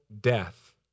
death